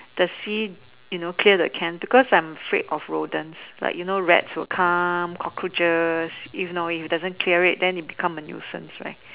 the see you know clear the can you know because I'm afraid of rodents like you know rats will come cockroaches if you know it doesn't clear it it becomes a nuisance right